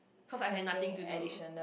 cause I had nothing to do